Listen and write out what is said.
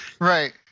right